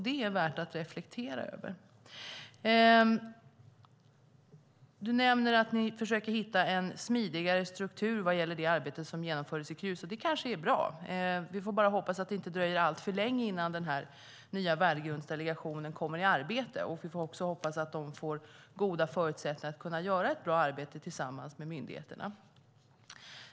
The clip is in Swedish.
Det är värt att reflektera över. Du nämner att ni försöker hitta en smidigare struktur för det arbete som utfördes i Krus. Det kanske är bra. Vi får bara hoppas att det inte dröjer alltför länge innan den nya värdegrundsdelegationen kommer i arbete. Vi får också hoppas att den får goda förutsättningar att göra ett bra arbete tillsammans med myndigheterna.